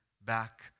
back